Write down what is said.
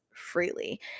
Freely